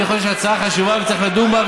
אני חושב שההצעה חשובה וצריך לדון בה,